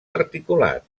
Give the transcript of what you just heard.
articulat